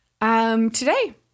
today